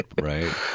right